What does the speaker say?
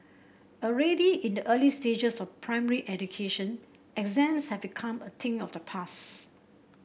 already in the early stages of primary education exams have become a thing of the past